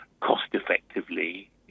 cost-effectively